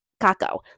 Kako